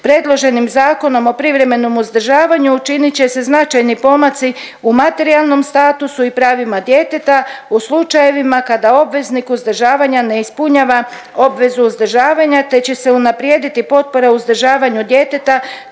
Predloženim zakonom o privremenom uzdržavanju učinit će se značajni pomaci u materijalnom statusu i pravima djeteta u slučajevima kada obveznik uzdržavanja ne ispunjava obvezu uzdržavanja te će se unaprijediti potpora u uzdržavanju djeteta